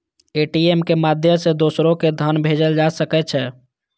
ATM के माध्यम सं दोसरो कें धन भेजल जा सकै छै